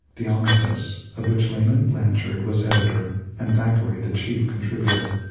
the omnibus of which laman blanchard was editor and thackeray the chief contributor.